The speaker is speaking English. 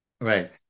right